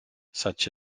such